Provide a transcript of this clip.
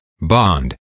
bond